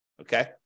Okay